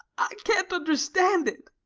i can't understand it